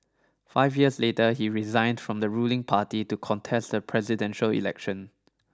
five years later he resigned from the ruling party to contest the presidential election